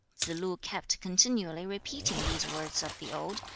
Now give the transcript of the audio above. three. tsze-lu kept continually repeating these words of the ode,